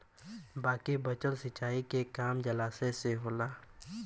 बाकी बचल सिंचाई के काम जलाशय से होला